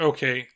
Okay